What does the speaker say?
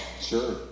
sure